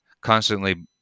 constantly